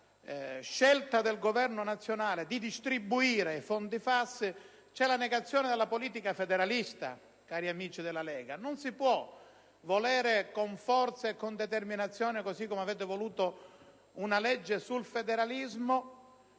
la scelta del Governo nazionale di distribuire tali fondi c'è la negazione della politica federalista, cari amici della Lega. Non si può volere con forza e con determinazione, così come avete desiderato voi, una legge sul federalismo